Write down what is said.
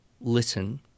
listen